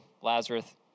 Lazarus